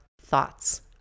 thoughts